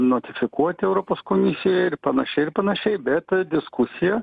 notifikuoti europos komisijoj ir panašiai ir panašiai bet diskusija